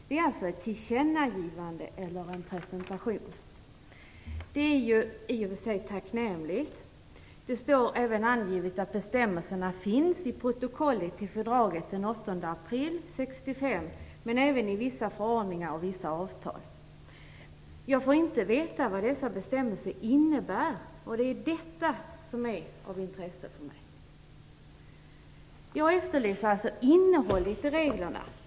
Det är alltså ett tillkännagivande eller en presentation. Det är i och för sig tacknämligt. Det står också angivet att bestämmelserna finns i protokollet till fördraget den 8 april , men även i vissa förordningar och vissa avtal. Jag får inte veta vad dessa bestämmelser innebär, men det är detta som är av intresse för mig. Jag efterlyser alltså innehållet i reglerna.